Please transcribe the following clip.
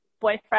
boyfriend